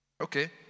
Okay